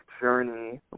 journey